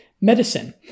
medicine